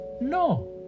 No